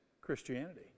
Christianity